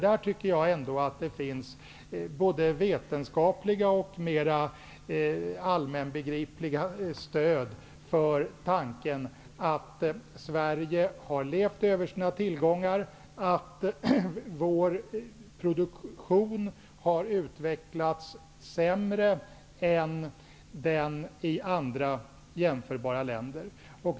Det finns ändå både vetenskapligt och mera allmänbegripligt stöd för tanken att Sverige har levt över sina tillgångar, att vår produktion har utvecklats sämre än den i andra jämförbara länder.